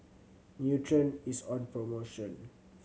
Nutren is on promotion